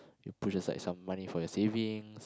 you push aside some money for your savings